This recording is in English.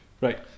Right